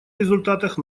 результатах